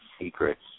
secrets